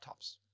laptops